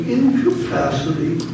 incapacity